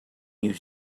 you